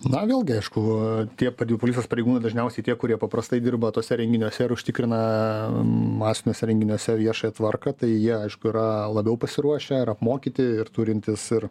na vėlgi aišku tie policijos pareigūnai dažniausiai tie kurie paprastai dirba tuose renginiuose ir užtikrina masiniuose renginiuose viešąją tvarką tai jie aišku yra labiau pasiruošę ir apmokyti ir turintys ir